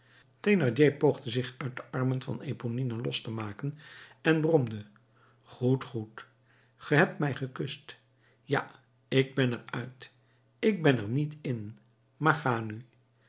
thénardier poogde zich uit de armen van eponine los te maken en bromde goed goed ge hebt mij gekust ja ik ben er uit ik ben er niet in maar ga nu